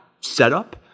setup